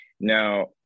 Now